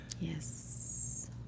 Yes